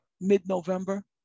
mid-November